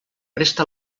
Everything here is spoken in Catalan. resta